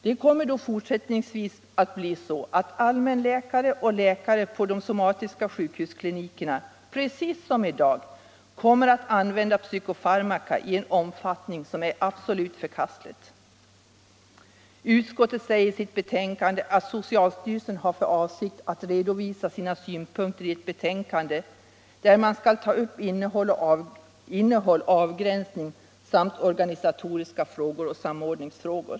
Det torde då fortsättningsvis bli så att allmänläkarna och läkarna på de somatiska sjukhusklinikerna, precis som i dag, kommer att använda psykofarmaka i en omfattning som är absolut förkastlig. Utskottet säger i sitt betänkande att socialstyrelsen har för avsikt att redovisa sina synpunkter i ett betänkande, där man skall ta upp innehåll, avgränsning samt vissa organisatoriska frågor och samordningsproblem.